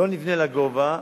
לא נבנה לגובה,